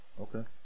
okay